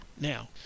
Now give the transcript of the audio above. Now